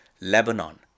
Lebanon